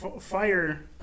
fire